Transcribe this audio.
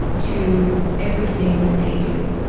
to everything that they do.